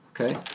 Okay